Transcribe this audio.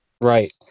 right